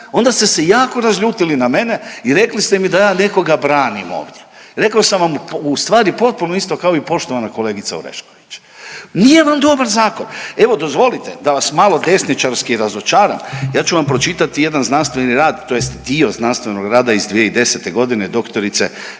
onda ste se jako razljutili na mene i rekli ste mi da ja nekoga branim ovdje. Rekao sam vam u stvari potpuno isto kao i poštovana kolegica Orešković. Nije vam dobar zakon. Evo dozvolite da vas malo desničarski razočaram ja ću vam pročitati jedan znanstveni rad tj. dio znanstvenog rada iz 2010. godine doktorice Elizabete